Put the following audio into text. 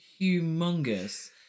Humongous